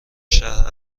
شهر